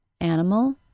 Animal